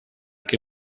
che